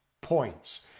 points